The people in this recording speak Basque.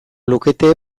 lukete